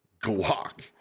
glock